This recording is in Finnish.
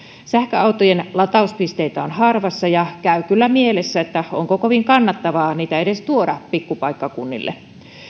sähköautojen latauspisteitä on harvassa ja käy kyllä mielessä onko kovin kannattavaa niitä edes tuoda pikku paikkakunnille